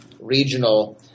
regional